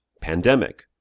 Pandemic